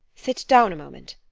sit down a moment.